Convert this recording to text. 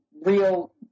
real